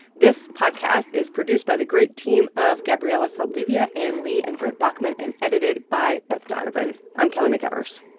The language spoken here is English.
this podcast is produced by the great team of gabriela saldivia, anne li and brent baughman, and edited by beth donovan. i'm kelly mcevers